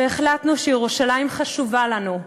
והחלטנו שירושלים חשובה לנו,